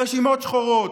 ברשימות שחורות,